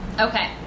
Okay